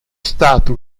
stato